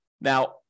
Now